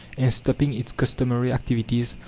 and stopping its customary activities,